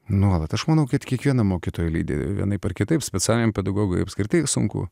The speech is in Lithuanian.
nuolat aš manau kad kiekvieną mokytoją lydi vienaip ar kitaip specialiajam pedagogui apskritai sunku